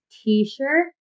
t-shirt